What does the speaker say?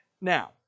now